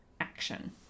action